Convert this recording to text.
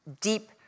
deep